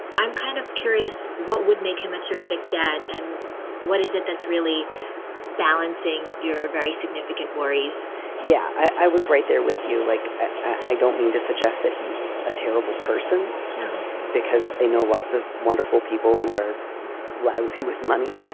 i'm kind of curious what would make him a terrific dad and what is it that's really balancing your very. forget worries yeah, i was right there with you, like, i don't mean to suggest that he's a terrible person because i know lots of wonderful people who are lousy with money.